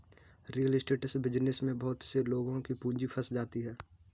real estate business में बहुत से लोगों की पूंजी फंस जाती है